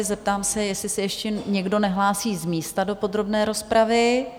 Zeptám se, jestli se ještě někdo nehlásí z místa do podrobné rozpravy?